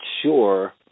sure